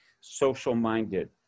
social-minded